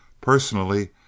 Personally